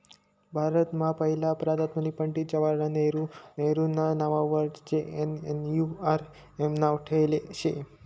भारतमा पहिला प्रधानमंत्री पंडित जवाहरलाल नेहरू नेहरूना नाववर जे.एन.एन.यू.आर.एम नाव ठेयेल शे